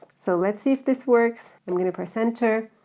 so let's see if this works, i'm gonna press enter,